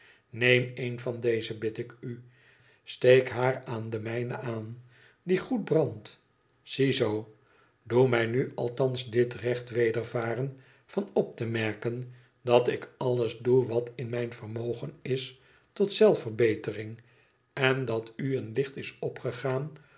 neem een van deze bid ik u steek haar aan de mijne aan die goed brandt ziezoo doe mij nu althans dit recht wedervaren van op te merken dat ik alles doe wat in mijn vermogen is tot zelfverbetering en dat u een licht is opgegaan